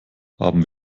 haben